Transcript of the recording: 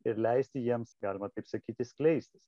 ir leisti jiems galima taip sakyti skleistis